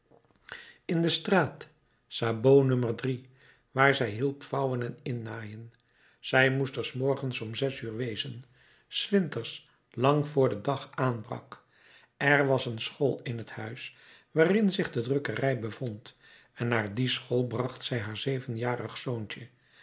in de straat sabot no waar zij hielp vouwen en innaaien zij moest er s morgens om zes uur wezen s winters lang voor de dag aanbrak er was een school in het huis waarin zich de drukkerij bevond en naar die school bracht zij haar zevenjarig zoontje